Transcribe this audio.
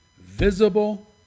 visible